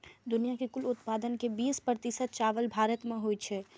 दुनिया के कुल उत्पादन के बीस प्रतिशत चावल भारत मे होइ छै